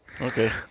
Okay